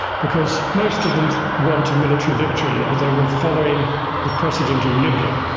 because most of them want a military victory. and they were following the precedent of libya.